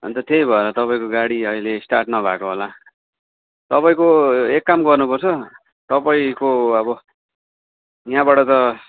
अन्त त्यही भएर तपाईँको गाडी अहिले स्टार्ट नभएको होला तपाईँको एक काम गर्नुपर्छ तपाईँको अब यहाँबाट त